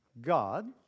God